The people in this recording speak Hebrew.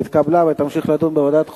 ותמשיך להידון בוועדת החוקה,